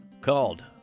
called